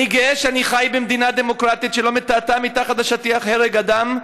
אני גאה שאני חי במדינה דמוקרטית שלא מטאטאה מתחת לשטיח הרג אדם,